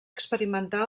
experimentar